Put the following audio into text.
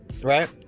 right